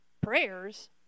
Prayers